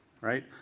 right